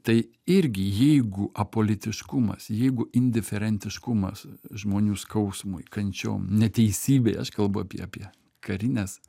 tai irgi jeigu apolitiškumas jeigu indiferentiškumas žmonių skausmui kančiom neteisybei aš kalbu apie apie karines